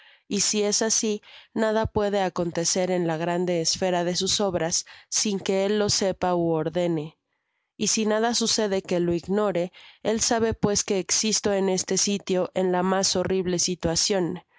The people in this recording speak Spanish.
y si es asi nada puede acontecer en la grande esfera de sus obras sin que él lo sepa ú ordene si nada sucede que lo ignore él abe pues que existo en este sitio en la mas horrible